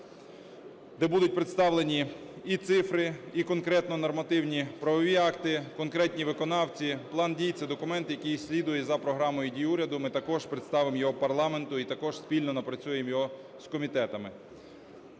де будуть представлені і цифри, і конкретно нормативні правові акти, конкретні виконавці. План дій – це документ, який слідує за програмою дій уряду, ми також представимо його парламенту і також спільно напрацюємо його з комітетами.